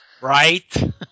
Right